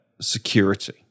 security